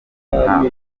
nka